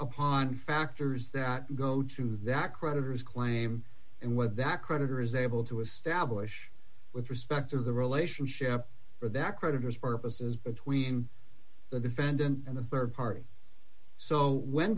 upon factors that go to that creditors claim and what that creditor is able to establish with respect to the relationship that creditors purposes between the defendant and the rd party so when